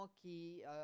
qui